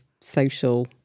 social